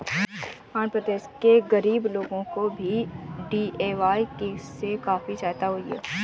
आंध्र प्रदेश के गरीब लोगों को भी डी.ए.वाय से काफी सहायता हुई है